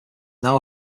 now